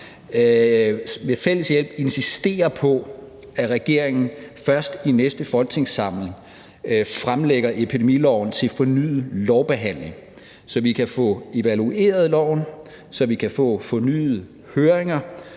ved fælles hjælp insistere på, at regeringen først i næste folketingssamling fremlægger epidemiloven til fornyet lovbehandling, så vi kan få evalueret loven, så vi kan få fornyede høringer